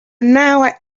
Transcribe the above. now